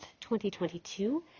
2022